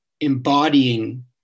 embodying